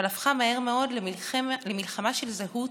אבל הפכה מהר מאוד למלחמה של זהות,